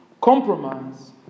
compromise